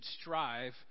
strive